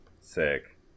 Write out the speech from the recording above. Sick